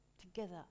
together